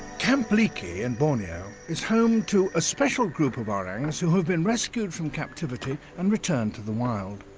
camp leakey in borneo is home to a special group of orangs, who have been rescued from captivity and returned to the wild.